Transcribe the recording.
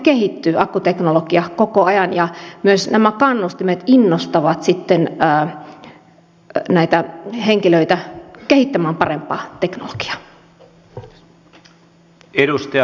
akkuteknologia kehittyy koko ajan ja myös nämä kannustimet innostavat sitten näitä henkilöitä kehittämään parempaa teknologiaa